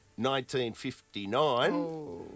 1959